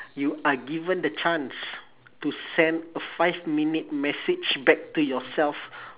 you are given the chance to send a five minute message back to yourself